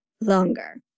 longer